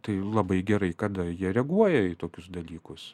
tai labai gerai kada jie reaguoja į tokius dalykus